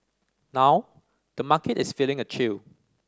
now the market is feeling a chill